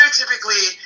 typically